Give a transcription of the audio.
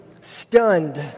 stunned